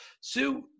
Sue